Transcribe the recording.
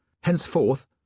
Henceforth